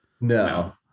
No